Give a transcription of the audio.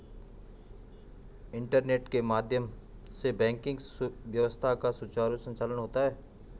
internet के माध्यम से बैंकिंग व्यवस्था का सुचारु संचालन होता है